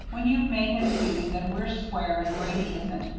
when you've made him see that we're square and grady isn't,